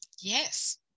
Yes